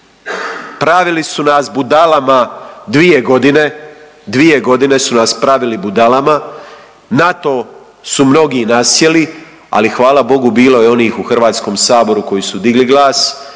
Pravili su nas budalama 2.g., 2.g. su nas pravili budalama, na to su mnogi nasjeli, ali hvala Bogu bilo je onih u HS koji su digli glas,